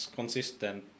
consistent